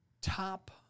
top